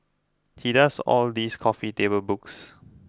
he does all these coffee table books